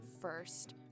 first